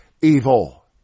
evil